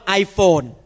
iPhone